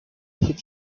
hip